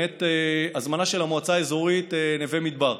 הזמנה של המועצה האזורית נווה מדבר.